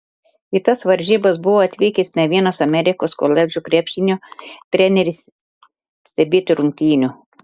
į tas varžybas buvo atvykęs ne vienas amerikos koledžų krepšinio treneris stebėti rungtynių